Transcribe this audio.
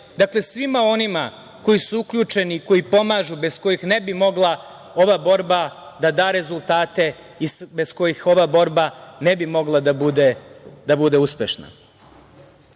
dakle svima onima koji su uključeni, koji pomažu, bez kojih ne bi mogla ova borba da da rezultate, bez kojih ova borba ne bi mogla da bude uspešna. Ono